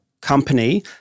company